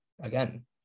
again